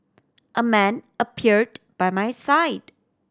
a man appeared by my side